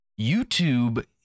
YouTube